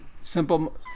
simple